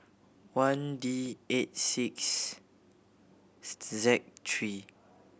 one D eight six Z three